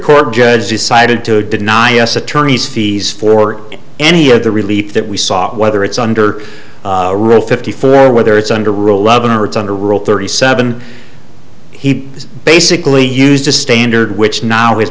court judge decided to deny us attorneys fees for any of the relief that we saw whether it's under rule fifty four whether it's under ruhleben or it's under rule thirty seven he basically used a standard which now